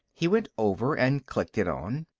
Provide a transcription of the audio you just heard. he went over and clicked it on.